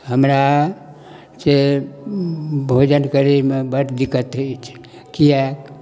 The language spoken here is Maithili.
हमरा जे भोजन करयमे बड्ड दिक्कत अछि किएक